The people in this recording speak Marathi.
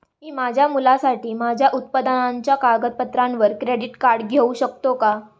मी माझ्या मुलासाठी माझ्या उत्पन्नाच्या कागदपत्रांवर क्रेडिट कार्ड घेऊ शकतो का?